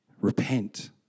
Repent